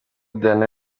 diana